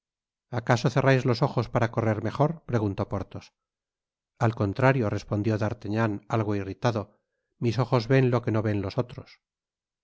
acaso cenáis los ojos para correr mejor preguntó porthos a contrario respondió d'artagnan algo irritado mis ojos ven lo que no ven los ofros